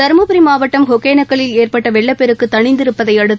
தருமபுரி மாவட்டம் ஒகேனக்கலில் ஏற்பட்ட வெள்ளப்பெருக்கு தணிந்திருப்பதை அடுத்து